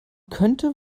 könnte